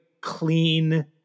clean